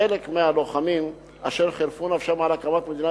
חלק מהלוחמים אשר חירפו נפשם על הקמת מדינת